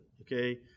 okay